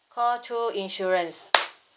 call two insurance